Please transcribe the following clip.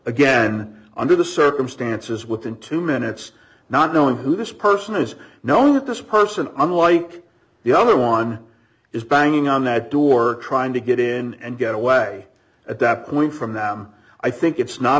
again under the circumstances with in two minutes not knowing who this person is known that this person unlike the other one is banging on that door trying to get in and get away at that point from them i think it's not